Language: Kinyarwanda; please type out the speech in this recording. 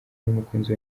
n’umukunzi